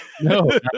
no